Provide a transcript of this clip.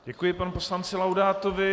Děkuji panu poslanci Laudátovi.